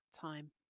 time